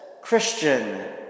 Christian